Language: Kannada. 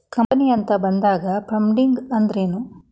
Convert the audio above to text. ಕಂಪನಿ ಅಂತ ಬಂದಾಗ ಫಂಡಿಂಗ್ ಅಂದ್ರೆನು?